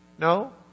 No